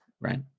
Right